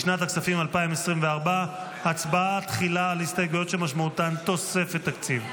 לשנת הכספים 2024. הצבעה תחילה על ההסתייגויות שמשמעותן תוספת תקציב.